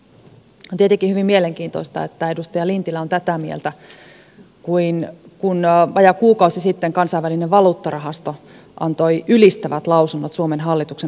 on tietenkin hyvin mielenkiintoista että edustaja lintilä on tätä mieltä kun vajaa kuukausi sitten kansainvälinen valuuttarahasto antoi ylistävät lausunnot suomen hallituksen talouspolitiikan linjasta